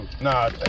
Nah